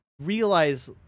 realize